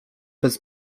bez